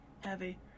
heavy